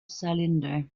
cylinder